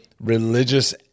religious